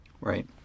Right